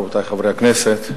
רבותי חברי הכנסת,